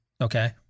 Okay